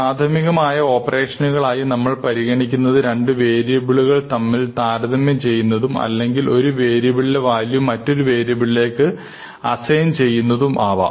പ്രാഥമികമായ ഓപ്പറേഷനുകൾ ആയി നമ്മൾ പരിഗണിക്കുന്നത് രണ്ട് വേരിയബിളുകൾ തമ്മിൽ താരതമ്യം ചെയ്യുന്നതും അതുമല്ലെങ്കിൽ ഒരു വേരിയബ്ളിലെ വാല്യൂ മറ്റൊരു വേരിയബിളിലേക് അസൈൻ ചെയ്യുന്നതും ആവാം